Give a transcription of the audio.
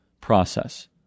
process